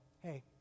Hey